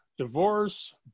divorce